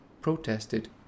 protested